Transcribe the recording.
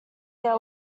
they